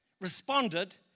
responded